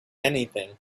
anything